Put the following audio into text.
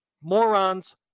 morons